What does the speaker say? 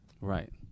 Right